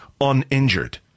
uninjured